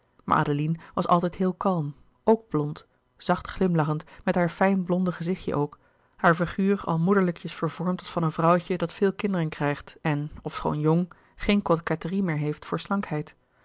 adeline was altijd heel kalm ook blond zacht glimlachend met haar fijn blonde gezichtje ook haar figuur al moederlijkjes vervormd als van een vrouwtje dat veel kinderen krijgt en ofschoon jong geen coquetterie meer heeft voor